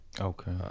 okay